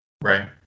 Right